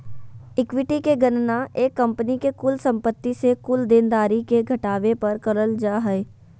equity के गणना एक कंपनी के कुल संपत्ति से कुल देनदारी के घटावे पर करल जा हय